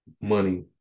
money